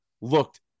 looked